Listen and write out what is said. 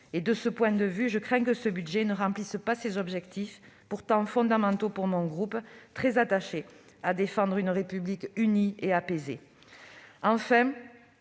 De ce point de vue, je crains que ce budget n'atteigne pas ces objectifs, pourtant fondamentaux pour mon groupe, qui est très attaché à défendre une République unie et apaisée. Enfin,